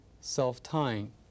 self-tying